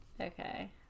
Okay